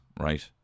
Right